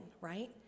right